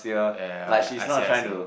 ya ya okay I see I see